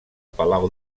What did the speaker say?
palau